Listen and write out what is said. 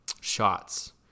shots